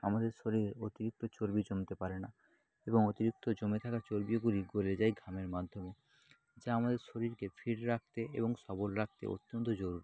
আমাদের শরীরে অতিরিক্ত চর্বি জমতে পারে না এবং অতিরিক্ত জমে থাকা চর্বিগুলি গলে যায় ঘামের মাধ্যমে যা আমাদের শরীরকে ফিট রাখতে এবং সবল রাখতে অত্যন্ত জরুরি